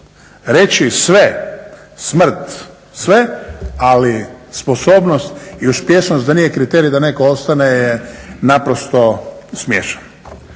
reći sve smrt, sve ali sposobnost i uspješnost da nije kriterij da netko ostane je naprosto smiješan.